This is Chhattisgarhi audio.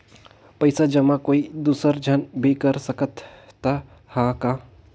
पइसा जमा कोई दुसर झन भी कर सकत त ह का?